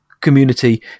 community